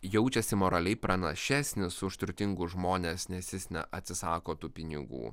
jaučiasi moraliai pranašesnis už turtingus žmones nes jis neatsisako tų pinigų